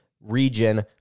region